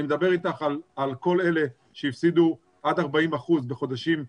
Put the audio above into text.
אני מדבר איתך על כל אלה שהפסידו עד 40% בחודשים מאי,